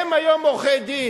הם היום עורכי-דין.